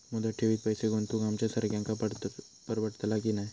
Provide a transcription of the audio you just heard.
मुदत ठेवीत पैसे गुंतवक आमच्यासारख्यांका परवडतला की नाय?